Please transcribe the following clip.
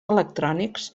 electrònics